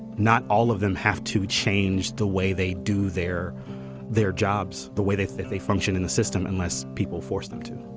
not all of them have to change the way they do their their jobs the way they think they function in the system unless people force them to.